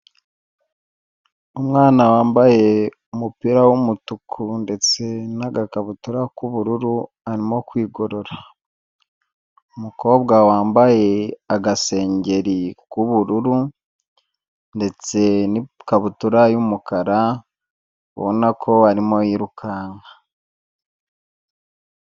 Umwana wambaye umupira w'umutuku ndetse n'agakabutura k'ubururu arimo kwigorora, umukobwa wambaye agasengeri k'ubururu ndetse n'ikabutura y'umukara ubona ko arimo yirukanka.